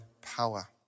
power